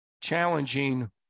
challenging